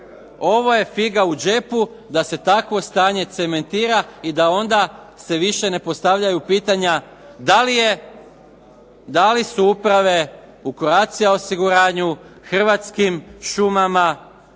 Ovo je figa u džepu, da se takvo stanje cementira i da onda se više ne postavljaju pitanja da li su uprave u "Croatia osiguranju", "Hrvatskim šumama",